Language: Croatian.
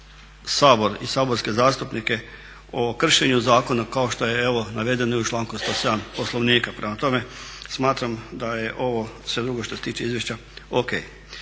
Sabor i saborske zastupnike o kršenju zakona kao što je evo navedeno i u članku 107. Poslovnika. Prema tome, smatram da je ovo sve drugo što se tiče izvješća o.k.